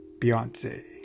Beyonce